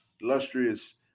illustrious